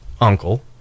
uncle